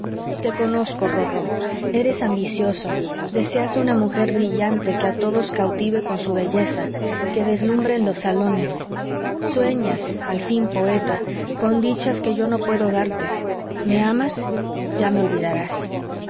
te conozco rorró eres ambicioso deseas una mujer brillante que a todos cautive con su belleza que deslumbre en los salones sueñas al fin poeta con dichas que yo no puedo darte me amas ya me olvidarás